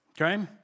okay